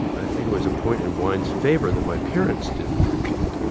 ah think it was a point in wine's favor that my parents didn't drink it.